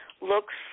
looks